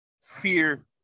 fear